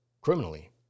criminally